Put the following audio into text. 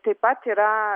taip pat yra